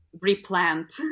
replant